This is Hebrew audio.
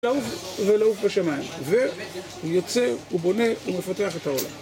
לעוף ולעוף בשמיים, והוא יוצא, הוא בונה, הוא מפתח את העולם.